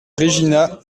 regina